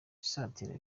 isatira